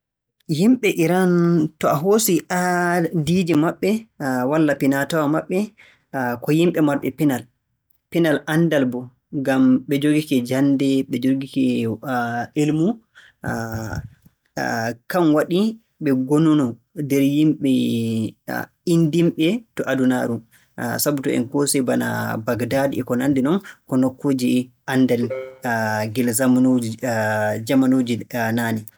Yimɓe Iran, to a hoosii aadiiji maɓɓe walla finaa-tawaa maɓɓe, ko yimɓe marɓe pinal, pinal anndal boo. Ngam ɓe njogike jannde, ɓe njogike ilmu kan waɗi ɓe ngonunoo nder yimɓe inndinɓe to adunaaru sabu to o en koosi bana Baghdaad e ko nanndi non, ko nokkuuje anndal gila jamanuuji - jamanuuji naane.